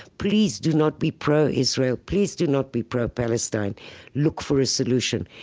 please do not be pro-israel, please do not be pro-palestine. look for a solution,